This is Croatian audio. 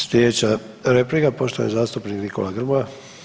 Sljedeća replika poštovani zastupnik Nikola Grmoja.